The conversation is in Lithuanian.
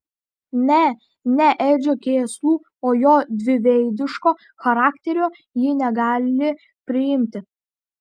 ne ne edžio kėslų o jo dviveidiško charakterio ji negali priimti